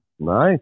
nice